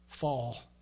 fall